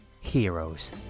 heroes